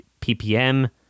ppm